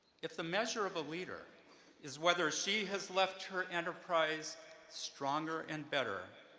if the measure of a leader is whether she has left her enterprise stronger and better,